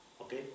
Okay